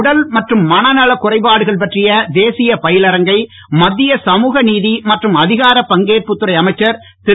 உடல் மற்றும் மனநலக் குறைப்பாடுகள் பற்றிய தேசிய பயிலரங்கை மத்திய சமுக நீதி மற்றும் அதிகாரப் பங்கேற்பு துறை அமைச்சர் திரு